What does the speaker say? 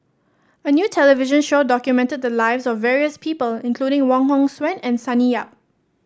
a new television show documented the lives of various people including Wong Hong Suen and Sonny Yap